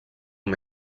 amb